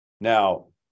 Now